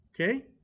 okay